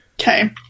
Okay